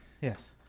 Yes